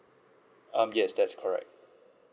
um yes that's correct